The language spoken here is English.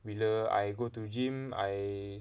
bila I go to gym I